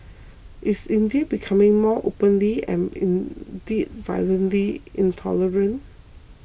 is India becoming more openly and indeed violently intolerant